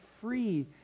free